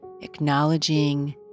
acknowledging